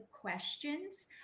questions